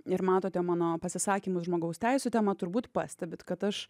ir matote mano pasisakymus žmogaus teisių tema turbūt pastebit kad aš